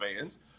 fans